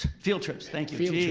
field trips, thank you. field